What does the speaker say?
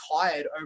tired